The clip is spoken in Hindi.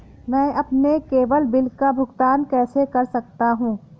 मैं अपने केवल बिल का भुगतान कैसे कर सकता हूँ?